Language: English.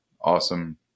awesome